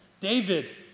David